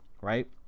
right